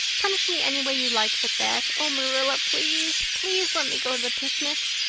punish me any way you like but that. oh, marilla, please, please, let me go to the picnic.